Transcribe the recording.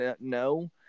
no